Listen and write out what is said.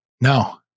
No